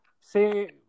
say